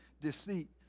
deceit